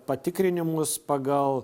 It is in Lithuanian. patikrinimus pagal